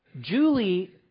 Julie